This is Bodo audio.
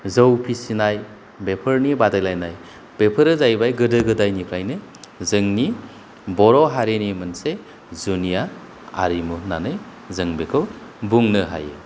जौ फिसिनाय बेफोरनि बादायलायनाय बेफोरो जाहैबाय गोदो गोदायनिफ्रायनो जोंनि बर' हारिनि मोनसे जुनिया आरिमु होननानै जों बेखौ बुंनो हायो